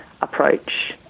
approach